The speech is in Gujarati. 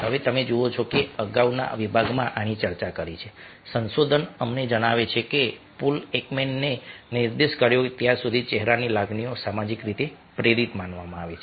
હવે તમે જુઓ છો કે મેં અગાઉના વિભાગમાં આની ચર્ચા કરી છે સંશોધન અમને જણાવે છે કે પોલ એકમેને નિર્દેશ કર્યો ત્યાં સુધી ચહેરાની લાગણીઓ સામાજિક રીતે પ્રેરિત માનવામાં આવે છે